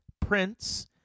Prince